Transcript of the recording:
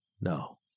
No